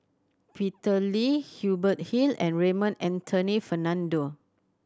Peter Lee Hubert Hill and Raymond Anthony Fernando